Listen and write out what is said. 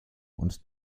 und